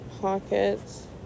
pockets